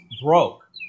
broke